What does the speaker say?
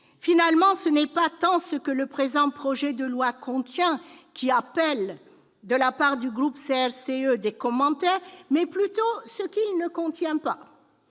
Finalement, ce n'est pas tant ce que le présent projet de loi contient qui appelle, de la part du groupe CRCE, des commentaires, que ce qu'il ne contient pas.